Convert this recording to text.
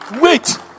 wait